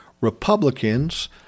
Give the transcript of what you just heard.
Republicans